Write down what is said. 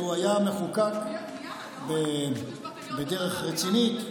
לו היה מחוקק בדרך רצינית,